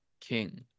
king